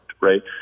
right